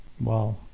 Wow